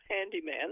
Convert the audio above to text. handyman